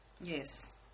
Yes